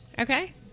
Okay